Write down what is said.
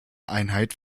einheit